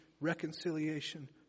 reconciliation